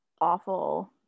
awful